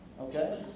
okay